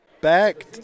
back